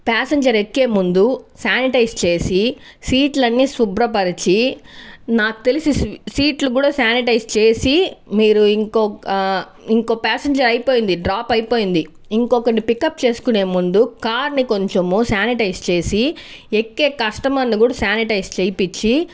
passenger ఎక్కే ముందు sanitise చేసి సీట్లన్నీ శుభ్రపరిచి నాకు తెలిసి సీట్లు కూడా శానిటైజ్ చేసి మీరు ఇంకొక ఇంకో ప్యాసింజర్ అయిపోయింది డ్రాప్ అయిపోయింది ఇంకొకరిని పికప్ చేసుకునే ముందు కార్ని కొంచము శానిటైజ్ చేసి ఎక్కే కస్టమర్ని కూడా శానిటైజ్ చేపిచ్చి